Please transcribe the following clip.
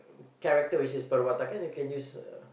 character which is perwatakan you can use uh